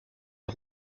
est